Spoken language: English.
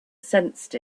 sensed